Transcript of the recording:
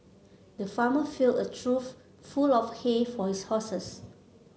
the farmer filled a trough full of hay for his horses